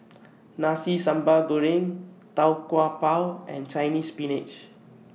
Nasi Sambal Goreng Tau Kwa Pau and Chinese Spinach